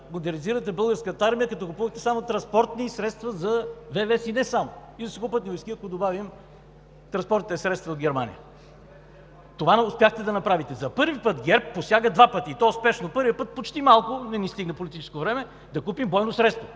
модернизирате Българската армия, като купувахте само транспортни средства за ВВС – и не само, и за Сухопътни войски, ако добавим транспортните средства, от Германия. Това не успяхте да направите. ГЕРБ посяга два пъти, и то успешно. Първия път почти малко не ни стигна политическо време да купим бойно средство